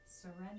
surrender